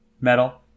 Metal